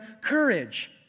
courage